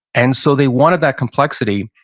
and so they wanted that complexity.